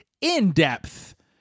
in-depth